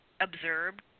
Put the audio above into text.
observed